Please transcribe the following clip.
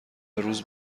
روز